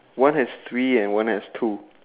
one has three and one has two